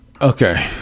okay